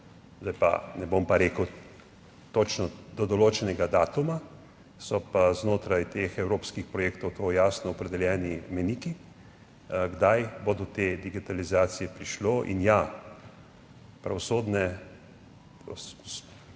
ne bom pa rekel točno do določenega datuma, so pa znotraj teh evropskih projektov to jasno opredeljeni mejniki kdaj bo do te digitalizacije prišlo. In ja, pravosodne